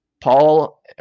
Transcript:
Paul